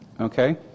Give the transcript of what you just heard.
Okay